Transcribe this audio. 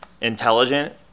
intelligent